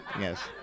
Yes